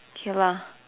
K lah